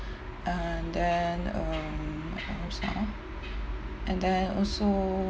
and then um what else ah and then also